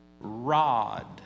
rod